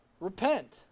repent